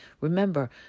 Remember